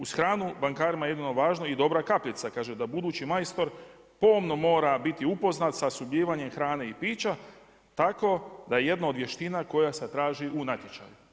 Uz hranu bankarima je jedino važno i dobra kapljica, kaže da budući majstor pomno mora biti upoznat sa opskrbljivanjem hrane i pića, tako da jedna od vještina koja se traži u natječaju.